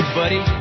buddy